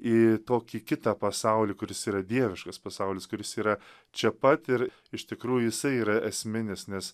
į tokį kitą pasaulį kuris yra dieviškas pasaulis kuris yra čia pat ir iš tikrų jisai yra esminis nes